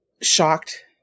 shocked